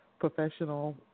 professional